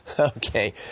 Okay